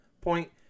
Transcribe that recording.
point